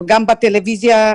גם בטלוויזיה,